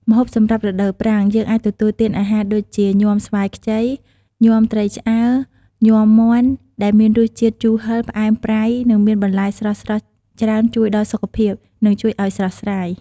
ម្ហូបសម្រាប់រដូវប្រាំង យើងអាចទទួលទានអាហារ ដូចជា ញាំស្វាយខ្ចី ញាំត្រីឆ្អើរ ញាំមាន់ ដែលមានរសជាតិជូរហឹរ ផ្អែម ប្រៃ និង មានបន្លែស្រស់ៗច្រើនជួយដល់សុខភាព និង ជួយឱ្យស្រស់ស្រាយ។